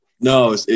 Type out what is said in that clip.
No